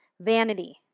vanity